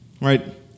right